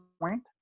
point